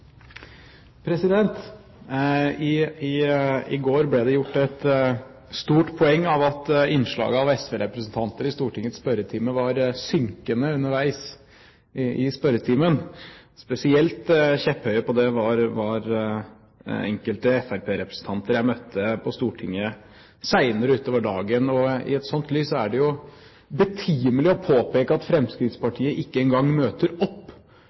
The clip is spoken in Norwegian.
I går ble det gjort et stort poeng av at innslaget av SV-representanter i Stortingets spørretime var synkende underveis. Spesielt kjepphøye på det var enkelte fremskrittspartirepresentanter jeg møtte på Stortinget senere utover dagen. I et slikt lys er det jo betimelig å påpeke at Fremskrittspartiet ikke en gang møter opp